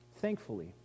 Thankfully